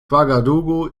ouagadougou